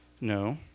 No